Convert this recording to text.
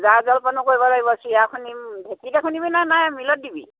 জা জলপানো কৰিব লাগিব চিৰা খুন্দিম ঢেঁকীতে খুন্দিবিনে নে মিলত দিবি